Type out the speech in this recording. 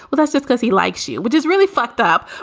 well, that's that's because he likes you. which is really fucked up.